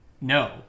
No